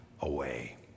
away